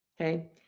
okay